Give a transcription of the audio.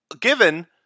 given